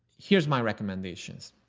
here's my recommendations.